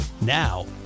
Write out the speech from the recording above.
Now